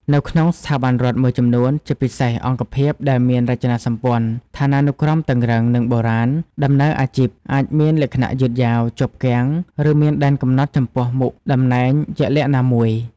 នៅក្នុងស្ថាប័នរដ្ឋមួយចំនួន ជាពិសេសអង្គភាពដែលមានរចនាសម្ព័ន្ធឋានានុក្រមតឹងរ៉ឹង និងបុរាណ ដំណើរអាជីពអាចមានលក្ខណៈយឺតយ៉ាវ ជាប់គាំង ឬមានដែនកំណត់ចំពោះមុខតំណែងជាក់លាក់ណាមួយ។